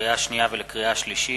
לקריאה שנייה ולקריאה שלישית: